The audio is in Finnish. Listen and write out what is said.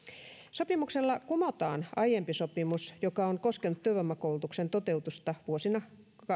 sopimuksella kumotaan aiempi sopimus joka on koskenut työvoimakoulutuksen toteutusta vuosina